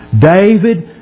David